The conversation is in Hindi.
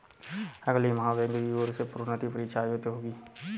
अगले माह बैंक की ओर से प्रोन्नति परीक्षा आयोजित होगी